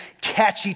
catchy